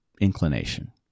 inclination